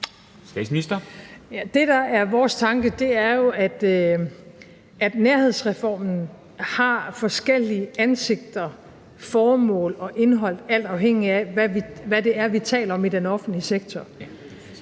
vores tanke, er jo, at nærhedsreformen har forskellige ansigter, formål og indhold alt afhængig af, hvad det er, vi taler om, i den offentlige sektor.